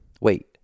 Wait